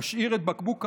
נשאיר את בקבוק הרום,